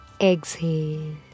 Exhale